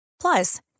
Plus